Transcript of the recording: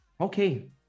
Okay